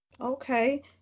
Okay